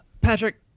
Patrick